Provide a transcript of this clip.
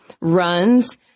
runs